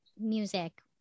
music